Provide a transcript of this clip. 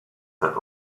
set